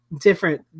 different